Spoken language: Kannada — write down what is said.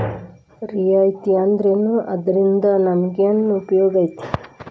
ರಿಯಾಯಿತಿ ಅಂದ್ರೇನು ಅದ್ರಿಂದಾ ನಮಗೆನ್ ಉಪಯೊಗೈತಿ?